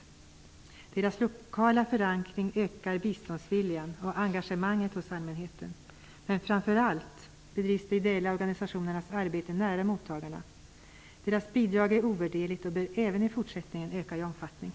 De ideella organisationernas lokala förankring ökar biståndsviljan och engagemanget hos allmänheten. Men framför allt bedrivs deras arbete nära mottagarna. De ideella organisationernas bidrag är ovärderligt och bör även i fortsättningen öka i omfattning.